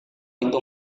itu